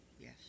Yes